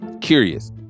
curious